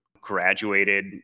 graduated